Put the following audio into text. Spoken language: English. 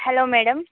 hello madam